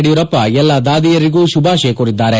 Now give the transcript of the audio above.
ಯಡಿಯೂರಪ್ಪ ಎಲ್ಲ ದಾದಿಯರಿಗೂ ಶುಭಾಶಯ ಕೋರಿದ್ದಾರೆ